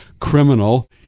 criminal